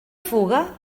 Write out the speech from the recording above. fuga